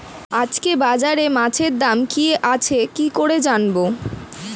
আজকে বাজারে মাছের দাম কি আছে কি করে জানবো?